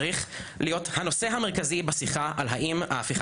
צריך להיות הנושא המרכזי בשיחה על האם ההפיכה